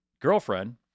girlfriend